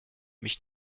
mich